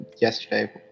yesterday